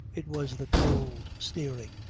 it was the cold, sneering,